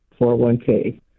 401K